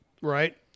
Right